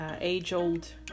age-old